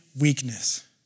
weakness